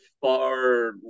far